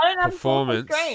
performance